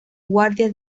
guardia